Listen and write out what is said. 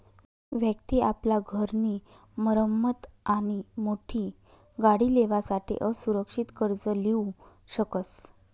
व्यक्ति आपला घर नी मरम्मत आणि मोठी गाडी लेवासाठे असुरक्षित कर्ज लीऊ शकस